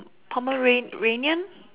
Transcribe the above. Pomeranian